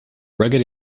rugged